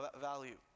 value